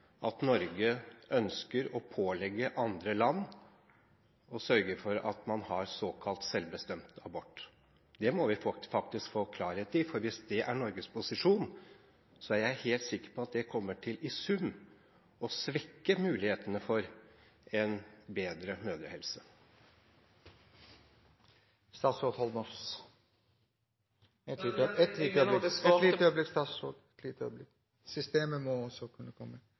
at Norge ønsker å pålegge andre land å sørge for at man har såkalt selvbestemt abort? Det må vi faktisk få klarhet i, for hvis det er Norges posisjon, er jeg helt sikker på at det kommer til, i sum, å svekke mulighetene for en bedre mødrehelse. Jeg mener jeg